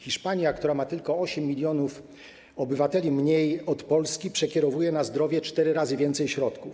Hiszpania, która ma tylko 8 mln obywateli więcej od Polski, przekierowuje na zdrowie cztery razy więcej środków.